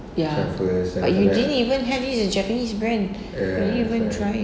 ya but you didn't have this is japanese brand you didn't even try